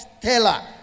teller